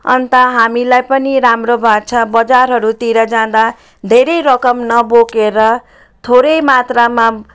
अन्त हामीलाई पनि राम्रो भएको छ बजारहरूतिर जाँदा धेरै रकम नबोकेर थोरै मात्रामा